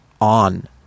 On